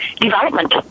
development